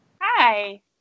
Hi